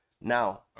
Now